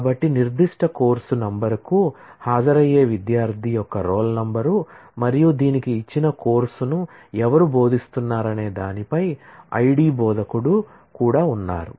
కాబట్టి నిర్దిష్ట కోర్సు నంబర్కు హాజరయ్యే విద్యార్థి యొక్క రోల్ నంబర్ మరియు దీనికి ఇచ్చిన కోర్సును ఎవరు బోధిస్తున్నారనే దానిపై I D బోధకుడు కూడా ఉన్నారు